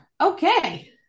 Okay